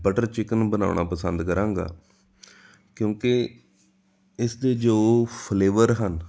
butter chicken ਬਣਾਉਣਾ ਪਸੰਦ ਕਰਾਂਗਾ ਕਿਉਂਕਿ ਇਸਦੇ ਜੋ ਫਲੇਵਰ ਹਨ